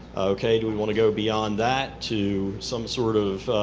okay. do we want to go beyond that to some sort of